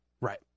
Right